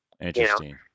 Interesting